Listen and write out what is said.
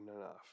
enough